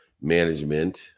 management